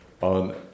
on